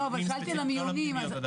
לגבי המחלקות הפנימיות,